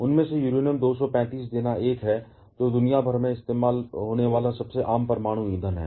उनमें से यूरेनियम 235 देना एक है जो दुनिया भर में इस्तेमाल होने वाला सबसे आम परमाणु ईंधन है